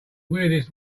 weirdest